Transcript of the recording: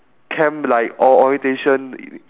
camp like or~ orientation